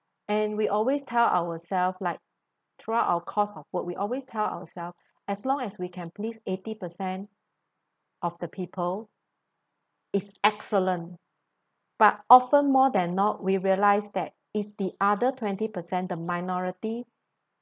and we always tell ourself like throughout our course of work we always tell ourselves as long as we can please eighty percent of the people it's excellent but often more than not we realise that it's the other twenty percent the minority